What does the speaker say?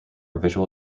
visual